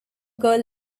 girl